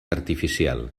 artificial